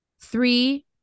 three